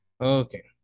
Okay